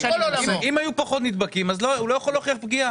אם היו פחות נדבקים, הוא לא יכול להוכיח פגיעה.